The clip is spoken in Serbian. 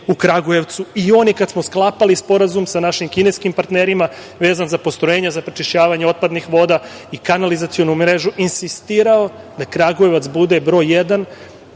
u Kragujevcu. I on je, kada smo sklapali sporazum sa našim kineskim partnerima, vezan za postrojenja za prečišćavanje otpadnih voda i kanalizacionu mrežu, insistirao da Kragujevac bude broj jedan